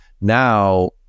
Now